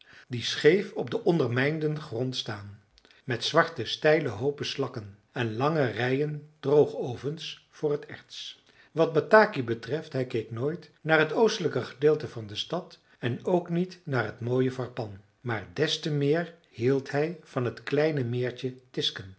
die scheef op den ondermijnden grond staan met zwarte steile hoopen slakken en lange rijen droogovens voor het erts wat bataki betreft hij keek nooit naar het oostelijk gedeelte van de stad en ook niet naar het mooie varpan maar destemeer hield hij van t kleine meertje tisken